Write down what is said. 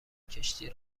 کشتی